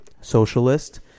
socialist